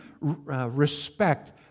respect